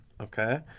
okay